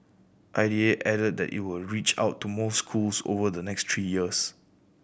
I D A added that it will reach out to more schools over the next three years